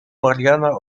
mariana